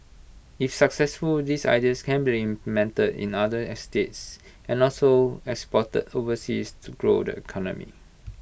if successful these ideas can be implemented in other estates and also exported overseas to grow the economy